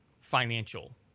financial